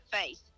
face